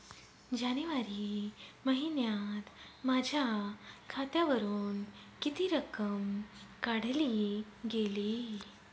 जानेवारी महिन्यात माझ्या खात्यावरुन किती रक्कम काढली गेली?